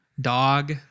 dog